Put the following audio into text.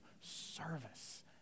service